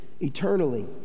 eternally